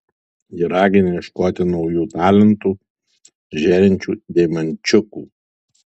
ji ragina ieškoti naujų talentų žėrinčių deimančiukų